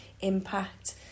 impact